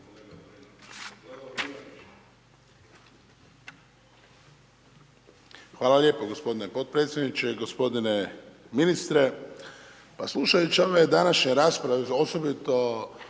Hvala lijepo gospodine podpredsjedniče, gospodine ministre. Pa slušajući ove današnje rasprave, osobito